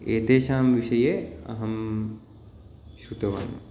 एतेषां विषये अहं श्रुतवान्